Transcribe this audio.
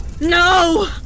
No